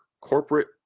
corporate